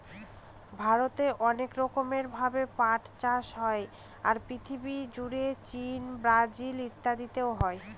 ভারতে অনেক রকম ভাবে পাট চাষ হয়, আর পৃথিবী জুড়ে চীন, ব্রাজিল ইত্যাদিতে হয়